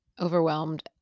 overwhelmed